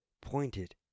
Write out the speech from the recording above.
pointed